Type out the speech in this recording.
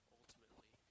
ultimately